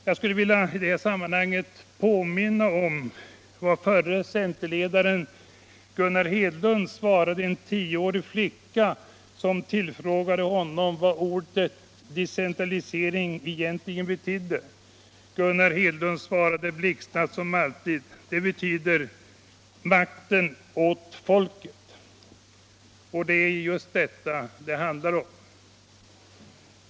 Jag skulle i det sammanhanget vilja påminna om vad förre centerledaren Gunnar Hedlund svarade en tioårig flicka som frågade honom vad ordet decentralisering egentligen betydde. Gunnar Hedlund svarade, blixtsnabbt som alltid: Det betyder makten åt folket. Och det är just detta det handlar om.